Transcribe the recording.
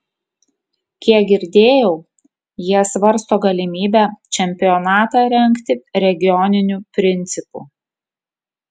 kiek girdėjau jie svarsto galimybę čempionatą rengti regioniniu principu